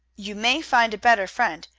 you may find a better friend,